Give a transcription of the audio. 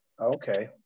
okay